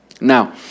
Now